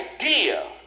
idea